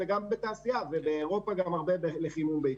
ובאירופה גם לחימום ביתי.